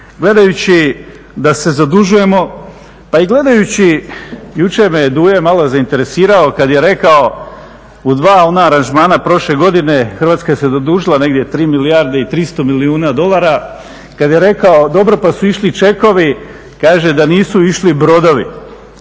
gledajući da se zadužujemo pa i gledajući jučer me je Duje malo zainteresirao kada je rekao u dva ona aranžmana prošle godine Hrvatska se zadužila negdje 3 milijarde i 300 milijuna dolara, kad je rekao dobro pa su išli čekovi. Kaže da nisu išli brodovi.